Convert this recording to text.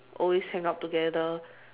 always hang out together